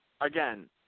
again